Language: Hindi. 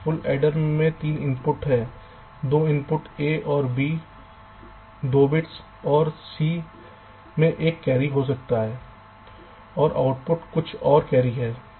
फुल एडर में 3 इनपुट हैं 2 इनपुट A और B 2 bits और C में एक कैरी हो सकता है और आउटपुट कुछ और कैरी हैं